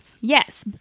yes